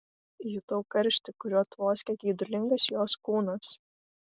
jutau karštį kuriuo tvoskė geidulingas jos kūnas